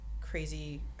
crazy